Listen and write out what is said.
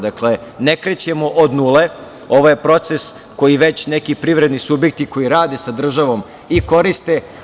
Dakle, ne krećemo od nule, ovo je proces koji već neki privredni subjekti koji rade sa državom i koriste.